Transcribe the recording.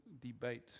debate